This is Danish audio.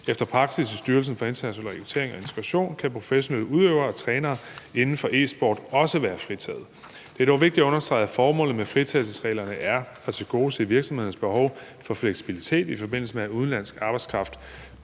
Efter praksis i Styrelsen for International Rekruttering og Integration kan professionelle udøvere og trænere inden for e-sport også være fritaget. Det er dog vigtigt at understrege, at formålet med fritagelsesreglerne er at tilgodese virksomhedernes behov for fleksibilitet, i forbindelse med at udenlandsk arbejdskraft